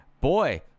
boy